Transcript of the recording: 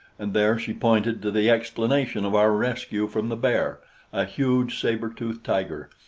and there she pointed to the explanation of our rescue from the bear a huge saber-tooth tiger,